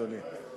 אדוני.